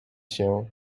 się